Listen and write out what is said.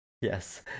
Yes